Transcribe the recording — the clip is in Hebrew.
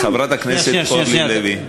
חברת הכנסת אורלי לוי,